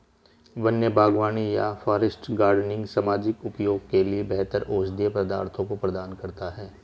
वन्य बागवानी या फॉरेस्ट गार्डनिंग सामाजिक उपयोग के लिए बेहतर औषधीय पदार्थों को प्रदान करता है